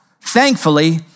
thankfully